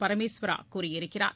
பரமேஸ்வரா கூறியிருக்கிறார்